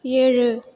ஏழு